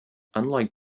unlike